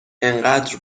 انقدر